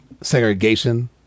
segregation